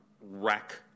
wreck